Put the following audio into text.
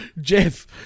Jeff